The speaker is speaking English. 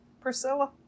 Priscilla